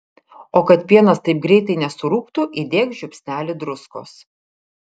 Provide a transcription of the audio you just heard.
o kad pienas taip greitai nesurūgtų įdėk žiupsnelį druskos